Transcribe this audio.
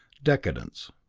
decadence.